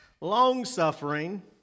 long-suffering